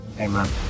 amen